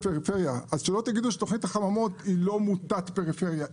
אז שלא תגידו שתוכנית החממות היא לא מוטת פריפריה.